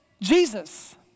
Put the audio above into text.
Jesus